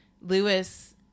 lewis